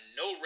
no